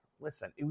Listen